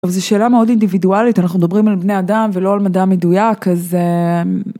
זו שאלה מאוד אינדיבידואלית, אנחנו מדברים על בני אדם ולא על מדע מדויק, אז.